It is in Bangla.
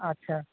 আচ্ছা